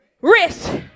Risk